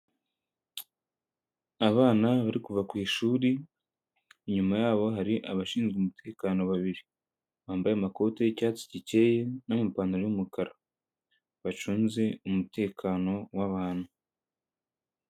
Abana bari kuva ku ishuri, inyuma yabo hari abashinzwe umutekano babiri, bambaye amakoti y'icyatsi gikeye, n'amapantaro y'umukara, bacunze umutekano w'abantu.